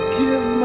give